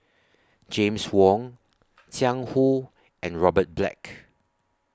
James Wong Jiang Hu and Robert Black